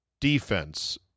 defense